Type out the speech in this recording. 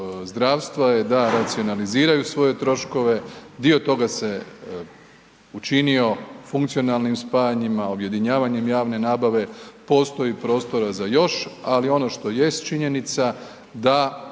je da racionaliziraju svoje troškove, dio toga se učinio funkcionalnim spajanjima, objedinjavanjem javne nabave, postoji prostora za još, al ono što jest činjenica da